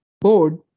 board